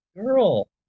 girl